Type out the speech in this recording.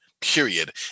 period